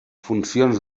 funcions